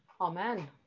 Amen